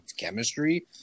chemistry